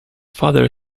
father